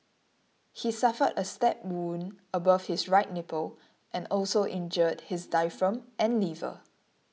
he suffered a stab wound above his right nipple and also injured his diaphragm and liver